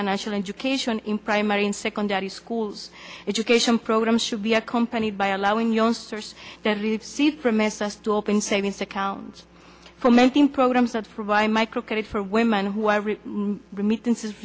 financial education in primary and secondary schools education programs should be accompanied by allowing youngsters seized from s s to open savings accounts for making programs that provide micro credit for women who are remittances